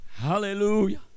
Hallelujah